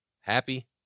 Happy